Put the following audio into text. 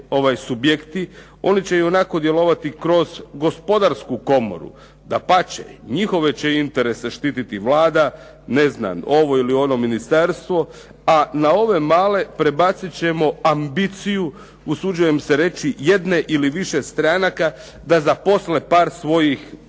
subjekti, oni će ionako djelovati kroz Gospodarsku komoru, dapače njihove će interese štititi Vlada, ovo ili ono ministarstvo, a na ove male prebacit ćemo ambiciju, usuđujem se reći, jedne ili više stranaka da zaposle par svojih